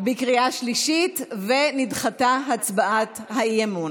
בקריאה שלישית, ונדחתה הצעת האי-אמון.